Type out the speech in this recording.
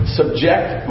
subject